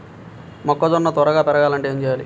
మొక్కజోన్న త్వరగా పెరగాలంటే ఏమి చెయ్యాలి?